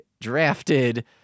drafted